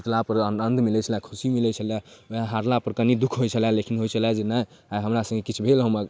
जितलापर मोनके आनन्द मिलै छलै खुशी मिलै छलै वएह हारलापर कनि दुख होइ छलै लेकिन होइ छलै जे नहि आइ हमरा सङ्गे किछु भेल हेँ